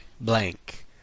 blank